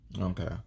Okay